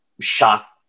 shocked